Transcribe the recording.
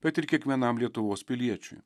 bet ir kiekvienam lietuvos piliečiui